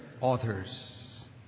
authors